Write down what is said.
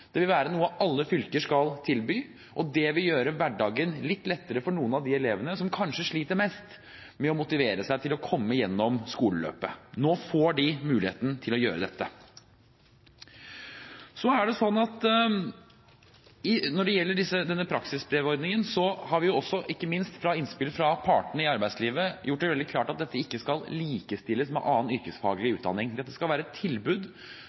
tilslutning, vil det bli et nasjonalt tilbud. Det vil være noe alle fylker skal tilby. Det vil gjøre hverdagen litt lettere for noen av de elevene som kanskje sliter mest med å motivere seg til å komme gjennom skoleløpet. Nå får de muligheten til å gjøre dette. Når det gjelder denne praksisbrevordningen, har vi, ikke minst etter innspill fra partene i arbeidslivet, gjort det veldig klart at dette ikke skal likestilles med annen yrkesfaglig utdanning. Dette skal være et tilbud